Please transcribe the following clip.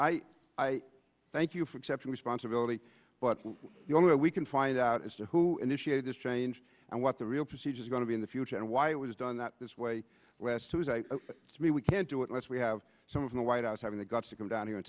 i thank you for accepting responsibility but the only way we can find out as to who initiated this change and what the real procedures are going to be in the future and why it was done that this way last tuesday to me we can't do it let's we have some of the white house having the guts to come down here